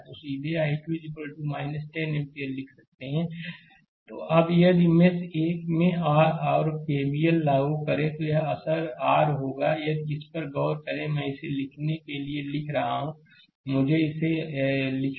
तो सीधे I2 10 ampere लिख सकते हैं अब यदि मेष 1 में आर केवीएल लागू करें तो यह आर होगा यदि इस पर गौर करें कि मैं इसे लिखने के लिए लिख रहा हूं मुझे इसे लिखें